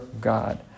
God